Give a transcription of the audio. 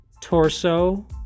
torso